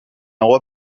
roi